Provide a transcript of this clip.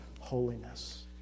holiness